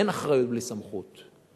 אין אחריות בלי סמכות.